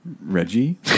Reggie